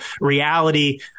reality